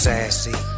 Sassy